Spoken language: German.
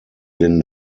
den